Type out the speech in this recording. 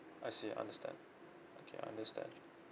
I see understand okay understand